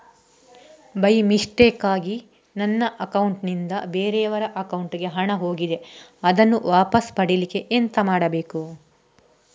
By ಮಿಸ್ಟೇಕಾಗಿ ನನ್ನ account ನಿಂದ ಬೇರೆಯವರ ಅಕೌಂಟ್ ಗೆ ಹಣ ಹೋಗಿದೆ ಅದನ್ನು ವಾಪಸ್ ಪಡಿಲಿಕ್ಕೆ ಎಂತ ಮಾಡಬೇಕು?